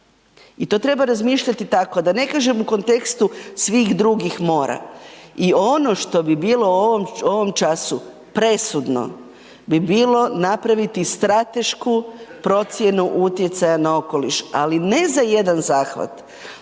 i to treba razmišljati tako da ne kažem u kontekstu svih drugih mora i ono što bi bilo u ovom času presudno bi bilo napraviti stratešku procjenu utjecaja na okoliš, ali ne za jedan zahvat,